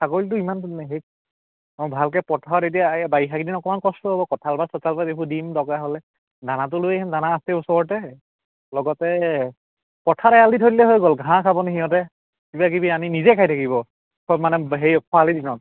ছাগলীটো ইমান হেৰি অঁ ভালকৈ পথাৰত এতিয়া এই বাৰিষাকেইদিন অকণমান কষ্ট হ'ব কঁঠালগছ চঠালগছ এইবোৰ দিম দৰকাৰ হ'লে দানাটো লৈ আহিম দানা আছে ওচৰতে লগতে পথাৰত এৰাল দি থৈ দিলে হৈ গ'ল ঘাঁহ খাব নে সিহঁতে কিবাকিবি আনি নিজে খাই থাকিব খুব মানে হেৰি খৰালি দিনত